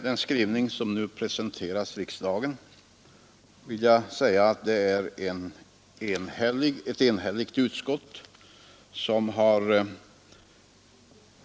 Den skrivning som nu presenteras riksdagen har fastställts av ett enhälligt utskott.